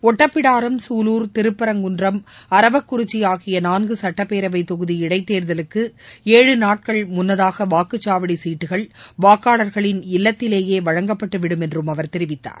ஒட்டப்பிடாரம் குலூர் திருப்பரங்குன்றம் அரவக்குறிச்சி ஆகிய நான்கு சட்டப்பேரவை தொகுதி இடைத் தேர்தலுக்கு ஏழு நாட்கள் முன்னதாக வாக்குச்சாவடி சீட்டுகள் வாக்காளர்களின் இல்லத்திலேயே வழங்கப்பட்டு விடும் என்றும் அவர் தெரிவித்தார்